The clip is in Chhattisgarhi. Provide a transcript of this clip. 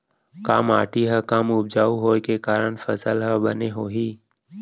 का माटी हा कम उपजाऊ होये के कारण फसल हा बने होही?